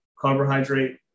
carbohydrate